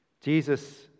Jesus